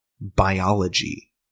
biology